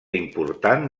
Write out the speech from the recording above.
important